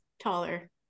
taller